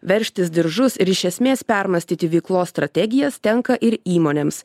veržtis diržus ir iš esmės permąstyti veiklos strategijas tenka ir įmonėms